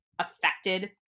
affected